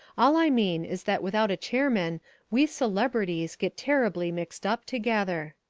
all i mean is that without a chairman we celebrities get terribly mixed up together.